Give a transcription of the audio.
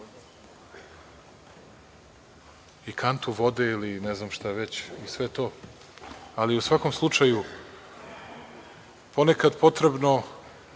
i kantu vode, ne znam šta već, i sve to.U svakom slučaju ponekad je potrebno